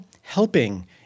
helping